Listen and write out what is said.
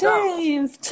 James